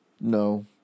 No